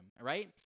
right